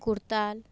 ᱠᱚᱨᱛᱟᱞ